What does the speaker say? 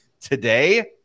today